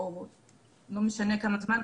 או לא משנה כמה זמן,